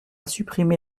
supprimer